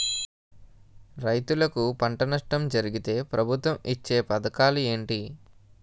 రైతులుకి పంట నష్టం జరిగితే ప్రభుత్వం ఇచ్చా పథకాలు ఏంటి?